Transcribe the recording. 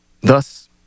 Thus